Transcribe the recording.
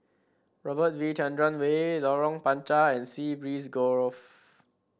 Robert V Chandran Way Lorong Panchar and Sea Breeze Grove